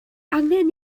angen